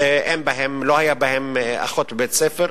לא היתה בהם אחות בית-ספר.